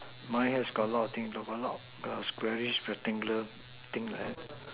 mine has a lot of thing a lot of squarish rectangle thing like that